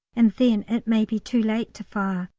and then it may be too late to fire.